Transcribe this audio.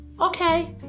Okay